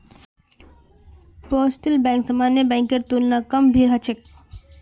postal बैंकत सामान्य बैंकेर तुलना कम भीड़ ह छेक